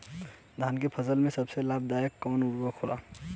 धान के फसल में सबसे लाभ दायक कवन उर्वरक होला?